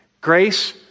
Grace